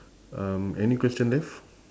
um any question left